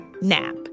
nap